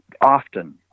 Often